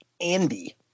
Andy